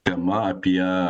tema apie